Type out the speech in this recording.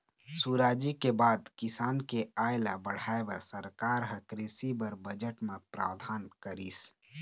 सुराजी के बाद किसान के आय ल बढ़ाय बर सरकार ह कृषि बर बजट म प्रावधान करिस